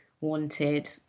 wanted